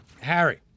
Harry